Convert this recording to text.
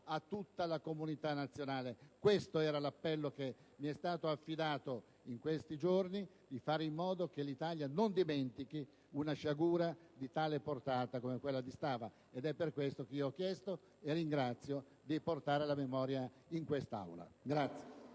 a tutta la comunità nazionale. Questo è l'appello che mi è stato affidato in questi giorni, cioè di fare in modo che l'Italia non dimentichi una sciagura della portata di quella di Stava: per questo ho chiesto di portarne la memoria in quest'Aula e